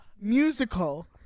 musical